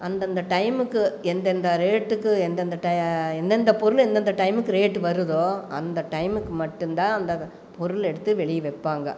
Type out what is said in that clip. அந்தந்த டைமுக்கு எந்தந்த ரேட்டுக்கு எந்தந்த எந்தந்த பொருள் எந்தந்த டைமுக்கு ரேட் வருதோ அந்த டைமுக்கு மட்டுந்தான் அந்த பொருள் எடுத்து வெளியே வைப்பாங்க